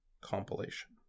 Compilation